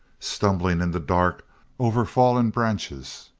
stumbling in the dark over fallen branches,